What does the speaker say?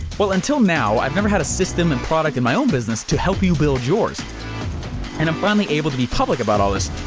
well, until now, i've never had a system and product in my own business to help you build yours and i'm finally able to be public about all this.